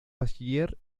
bachiller